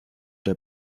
der